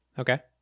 Okay